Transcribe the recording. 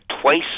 twice